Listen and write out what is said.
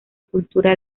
cultura